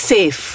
Safe